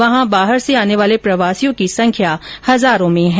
वहां बाहर से आने वाले प्रवासियों की संख्या हजारों में है